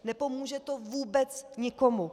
Nepomůže to vůbec nikomu.